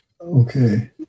Okay